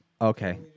okay